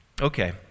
okay